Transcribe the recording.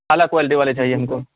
اعلیٰ کوالٹی والے چاہیے ہم کو